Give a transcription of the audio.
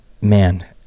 man